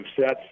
sets